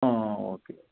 ಹಾಂ ಓಕೆ